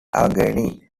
allegheny